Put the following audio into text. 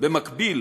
במקביל